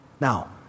Now